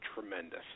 tremendous